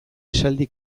esaldi